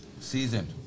Seasoned